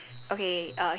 okay